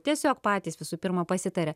tiesiog patys visų pirma pasitaria